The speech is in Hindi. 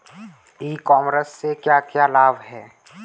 ई कॉमर्स से क्या क्या लाभ हैं?